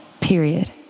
period